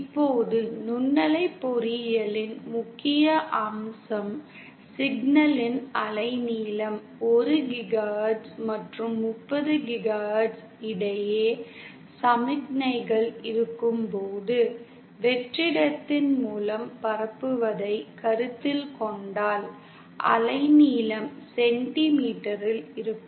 இப்போது நுண்ணலை பொறியியலின் முக்கிய அம்சம் சிக்னலின் அலைநீளம் 1 GHz மற்றும் 30 GHz இடையே சமிக்ஞைகள் இருக்கும்போது வெற்றிடத்தின் மூலம் பரப்புவதைக் கருத்தில் கொண்டால் அலைநீளம் சென்டிமீட்டரில் இருக்கும்